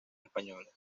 españolas